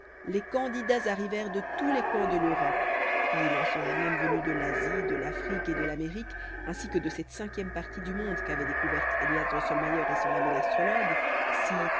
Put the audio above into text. les candidats arrivèrent de tous les coins de l'europe et il en serait même venu de l'asie de l'afrique et de l'amérique ainsi que de cette cinquième partie du monde qu'avaient découverte élias drosselmayer et son ami l'astrologue si